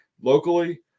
locally